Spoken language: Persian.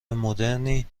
مدرنی